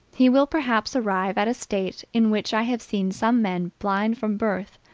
he will perhaps arrive at a state in which i have seen some men blind from birth,